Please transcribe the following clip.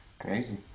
Crazy